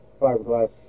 Fiberglass